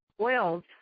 oils